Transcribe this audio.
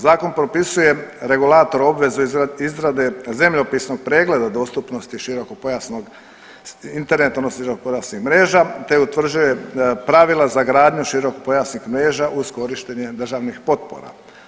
Zakon propisuje regulatoru obvezu izrade zemljopisnog pregleda dostupnosti širokopojasnog interneta odnosno širokopojasnih mreža te utvrđuje pravila za gradnju širokopojasnih mreža uz korištenje državnih potpora.